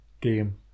game